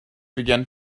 began